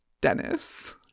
Dennis